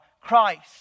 Christ